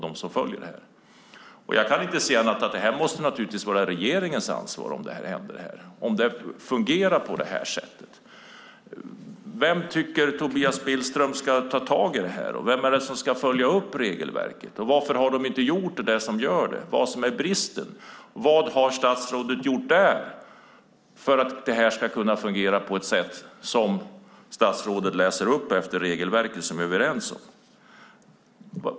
Det måste naturligtvis vara regeringens ansvar om det fungerar så. Vem tycker Tobias Billström ska ta tag i detta? Vem är det som ska följa upp regelverket? Vad är bristen? Vad har statsrådet gjort för att regelverket ska fungera på ett sätt som vi är överens om?